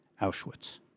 Auschwitz